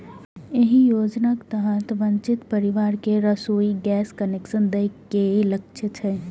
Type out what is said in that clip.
एहि योजनाक तहत वंचित परिवार कें रसोइ गैस कनेक्शन दए के लक्ष्य छै